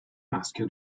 maschio